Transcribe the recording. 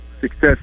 success